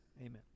amen